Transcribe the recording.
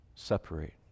separate